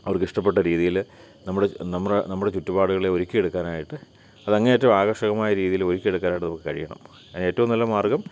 അവർക്കിഷ്ടപ്പെട്ട രീതിയിൽ നമ്മുടെ നമ്മുടെ നമ്മുടെ ചുറ്റുപാടുകളെ ഒരുക്കിയെടുക്കാനായിട്ട് അതങ്ങേയറ്റം ആകർഷകമായ രീതിയിൽ ഒരുക്കിയെടുക്കാനായിട്ട് നമുക്ക് കഴിയണം അതിന് ഏറ്റവും നല്ല മാർഗ്ഗം